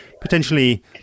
potentially